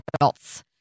adults